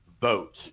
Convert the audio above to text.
Vote